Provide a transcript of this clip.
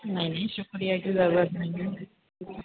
نہیں نہیں شکریہ کی ضرورت نہیں ہے